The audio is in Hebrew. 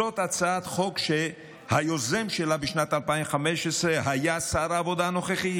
זאת הצעת חוק שהיוזם שלה בשנת 2015 היה שר העבודה הנוכחי,